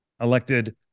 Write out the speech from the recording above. elected